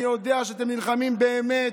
אני יודע שאתם נלחמים באמת,